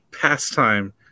pastime